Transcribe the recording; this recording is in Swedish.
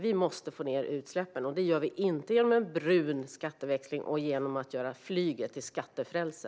Vi måste få ned utsläppen, och det gör vi inte genom en brun skatteväxling och genom att göra flyget till skattefrälse.